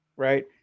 Right